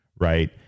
Right